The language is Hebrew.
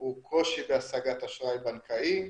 הוא קושי בהשגת אשראי בנקאי,